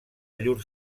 llur